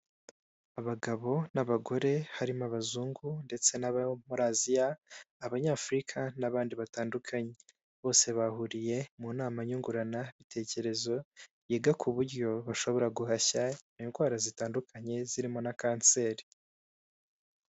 Abagabo n'abagore harimo abazungu ndetse n'aba muri aziya abanyafurika n'abandi batandukanye, bose bahuriye mu nama nyunguranabitekerezo yiga ku buryo bashobora guhashya indwara zitandukanye zirimo na kanseri.